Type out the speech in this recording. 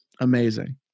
Amazing